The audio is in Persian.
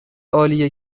عالیه